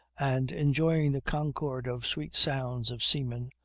and enjoying the concord of sweet sounds of seamen,